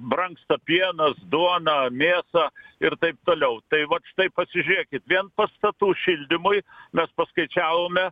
brangsta pienas duona mėsa ir taip toliau tai vat štai pasižiūrėkit vien pastatų šildymui mes paskaičiavome